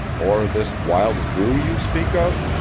or this wild brew you speak of?